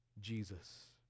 Jesus